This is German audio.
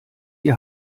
die